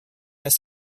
ist